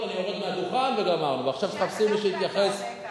עכשיו אני עונה את